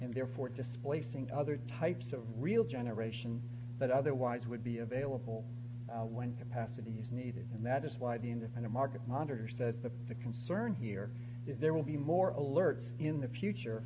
and therefore displacing other types of real generation that otherwise would be available when capacity is needed and that is why the indefinite market monitors that the the concern here that there will be more alert in the future